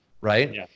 right